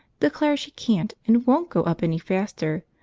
declares she can't and won't go up any faster,